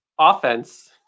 offense